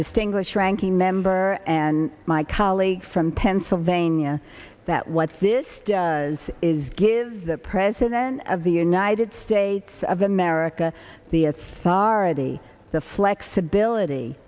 distinguished ranking member and my colleague from pennsylvania that what this does is gives the president of the united states of america the at sardi the flexibility